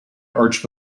arch